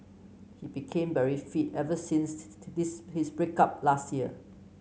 he became very fit ever since this his break up last year